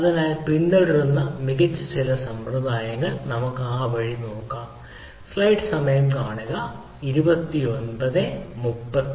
അതിനാൽ പിന്തുടരുന്ന മികച്ച ചില സമ്പ്രദായങ്ങൾ ആ വഴി നമുക്ക് നോക്കാം